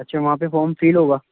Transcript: اچھا وہاں پہ فارم فل ہوگا